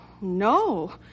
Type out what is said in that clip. No